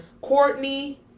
Courtney